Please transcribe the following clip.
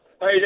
Hey